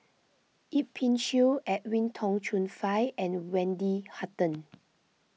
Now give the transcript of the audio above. Yip Pin Xiu Edwin Tong Chun Fai and Wendy Hutton